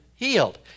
healed